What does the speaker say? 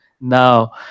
now